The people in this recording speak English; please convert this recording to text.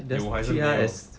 有还是没有